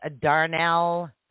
Darnell